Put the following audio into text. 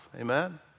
Amen